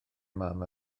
mam